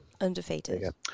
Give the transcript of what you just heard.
Undefeated